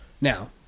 Now